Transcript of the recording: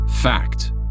Fact